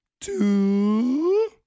Two